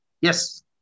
Yes